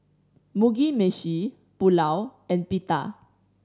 Mugi Meshi Pulao and Pita